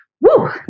Woo